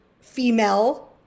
female